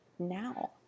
now